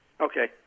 Okay